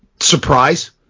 surprise